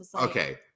Okay